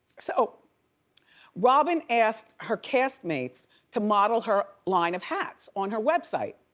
so robin asked her castmates to model her line of hats on her website.